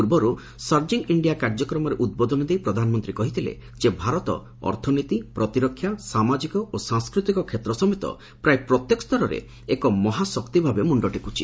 ପୂର୍ବରୁ surging India କାର୍ଯ୍ୟକ୍ରମରେ ଉଦ୍ବୋଦନ ଦେଇ ପ୍ରଧାନମନ୍ତ୍ରୀ କହିଥିଲେ ଯେ ଭାରତ ଅର୍ଥନୀତି ପ୍ରତିରକ୍ଷା ସାମାଜିକ ଓ ସାଂସ୍କୃତିକ କ୍ଷେତ୍ ସମେତ ପ୍ରାୟ ପ୍ରତ୍ୟେକ ସ୍ତରରେ ଏକ ମହାଶକ୍ତି ଭାବେ ମୁଣ୍ଡ ଟେକୁଛି